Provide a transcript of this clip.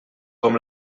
com